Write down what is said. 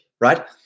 right